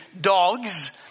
dogs